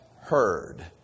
heard